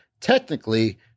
technically